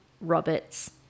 Roberts